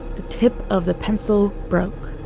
the tip of the pencil broke.